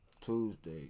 Tuesday